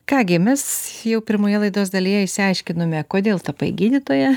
ką gi mes jau pirmoje laidos dalyje išsiaiškinome kodėl tapai gydytoja